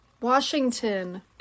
Washington